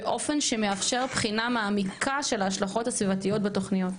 באופן שמאפשר בחינה מעמיקה של ההשלכות הסביבתיות בתוכניות,